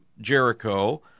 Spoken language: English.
Jericho